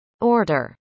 order